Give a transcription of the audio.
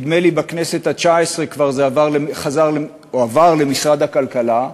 נדמה לי שבכנסת התשע-עשרה זה עבר או חזר למשרד הכלכלה.